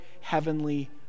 heavenly